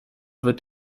wird